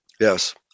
yes